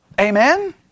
Amen